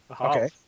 Okay